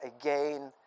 again